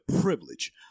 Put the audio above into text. privilege